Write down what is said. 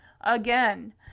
again